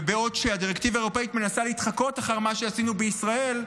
ובעוד הדירקטיבה האירופית מנסה להתחקות אחר מה שעשינו בישראל,